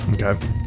Okay